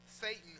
Satan